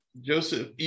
joseph